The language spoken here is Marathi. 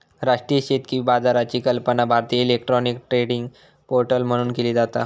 राष्ट्रीय शेतकी बाजाराची कल्पना भारतीय इलेक्ट्रॉनिक ट्रेडिंग पोर्टल म्हणून केली जाता